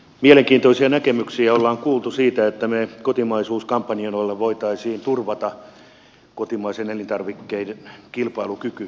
mielenkiintoisia näkemyksiä ollaan kuultu siitä että me kotimaisuuskampanjoilla voisimme turvata kotimaisten elintarvikkeiden kilpailukyvyn